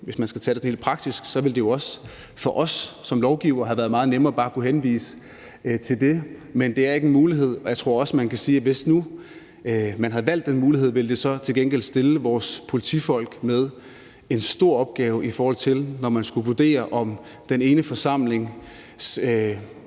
hvis man skal tage det sådan helt praktisk, for os som lovgivere ville have været meget nemmere bare at kunne henvise til det, men det er ikke en mulighed. Og jeg tror også, man kan sige, at hvis nu man havde valgt den mulighed, ville det til gengæld gøre, at vores politifolk stod med en stor opgave, i forhold til når man skulle vurdere, om den ene forsamlings